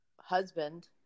husband